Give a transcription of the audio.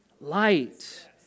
light